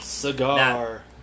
Cigar